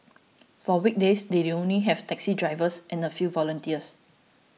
for weekdays they only have taxi drivers and a few volunteers